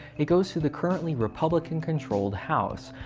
it goes to the currently-republican controlled house,